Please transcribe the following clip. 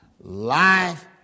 life